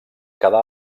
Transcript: quedà